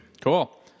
cool